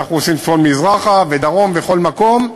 ואנחנו עושים צפון-מזרחה, ודרום וכל מקום,